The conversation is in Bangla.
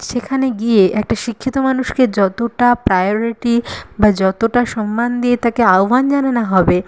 সেখানে গিয়ে একটা শিক্ষিত মানুষকে যতটা প্রায়োরিটি বা যতটা সম্মান দিয়ে তাকে আহ্বান জানানো হবে